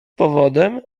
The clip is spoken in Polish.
powodem